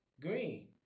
green